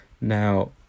Now